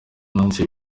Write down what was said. nanditse